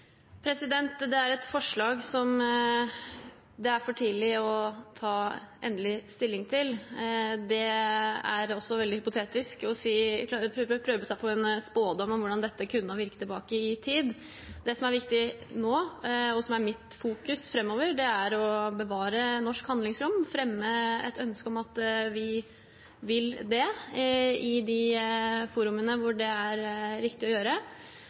Det er et forslag, som det er for tidlig å ta endelig stilling til. Det er også veldig hypotetisk å prøve seg på en spådom om hvordan dette kunne ha virket, tilbake i tid. Det som er viktig nå, og som er i mitt fokus framover, er å bevare norsk handlingsrom og fremme et ønske om at vi vil det, i de foraene hvor det er riktig å gjøre.